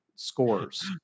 Scores